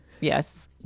Yes